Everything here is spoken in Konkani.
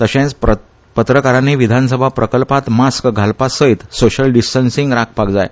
तशेंच पत्रकारांनी विधानसभा प्रकल्पात मास्क घालपा सयत सोशल डिस्टन्सींग राखपाक जाय